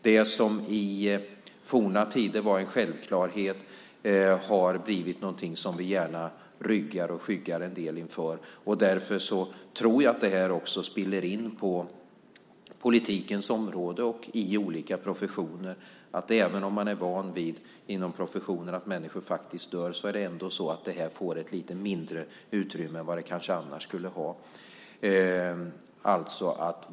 Det som i forna tider var en självklarhet har blivit något som vi gärna ryggar och skyggar en del inför. Det spiller också över på politikens område och i olika professioner. Även om man inom professionen är van vid att människor dör är det så att detta får ett lite mindre utrymme än vad det kanske annars skulle ha.